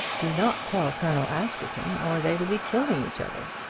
do not tell colonel askerton, or they will be killing each other.